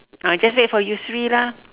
ah just wait for yusri lah